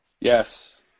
Yes